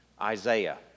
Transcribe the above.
Isaiah